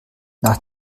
nach